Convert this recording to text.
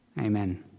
Amen